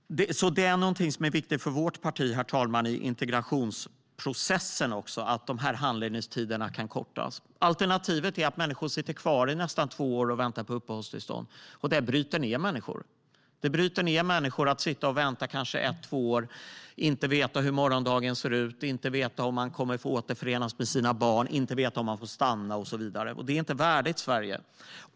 Herr talman! Det är någonting som är viktigt för vårt parti i integrationsprocessen att handläggningstiderna kan kortas. Alternativet är att människor sitter kvar i nästan två år och väntar på uppehållstillstånd. Det bryter ned människor att sitta och vänta i kanske ett eller två år och inte veta hur morgondagen ser ut och om de kommer att återförenas med sina barn och inte veta om de får stanna, och så vidare. Det är inte värdigt Sverige.